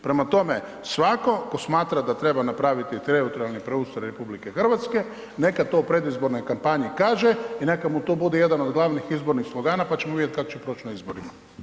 Prema tom, svako tko smatra da treba napraviti teritorijalni preustroj RH, neka to u predizbornoj kampanji kaže i neka mu to bude jedan od glavnih izbornih slogana pa ćemo vidjet kako će proći na izborima.